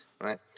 right